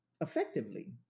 effectively